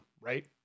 right